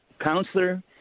Counselor